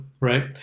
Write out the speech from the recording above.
right